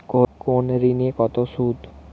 কোন ঋণে কত সুদ?